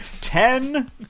Ten